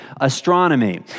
astronomy